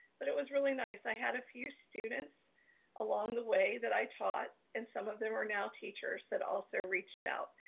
but it was really nice. i had a few students along the way that i taught and some of them are now teachers that also reached out.